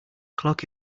clock